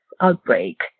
outbreak